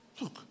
Look